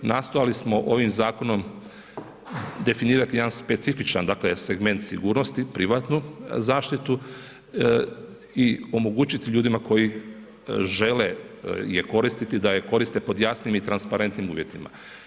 Nastojali smo ovim zakonom definirati jedan specifičan dakle segment sigurnosti, privatnu zaštitu i omogućiti ljudima koji žele je koristiti da je koriste pod jasnim i transparentnim uvjetima.